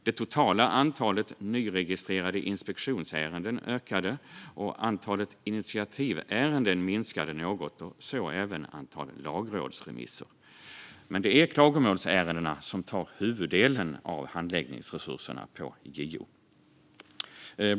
Det totala antalet nyregistrerade inspektionsärenden ökade, och antalet initiativärenden minskade något - och så även antalet lagrådsremisser. Men det är klagomålsärendena som tar huvuddelen av handläggningsresurserna på JO.